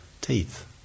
teeth